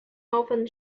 often